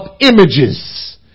images